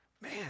man